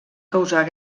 causar